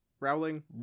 Rowling